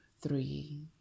three